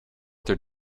their